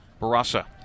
Barasa